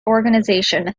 organization